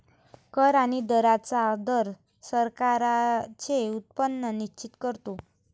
कर आणि दरांचा दर सरकारांचे उत्पन्न निश्चित करतो